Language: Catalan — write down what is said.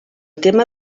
tema